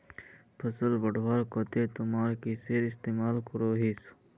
फसल बढ़वार केते तुमरा किसेर इस्तेमाल करोहिस?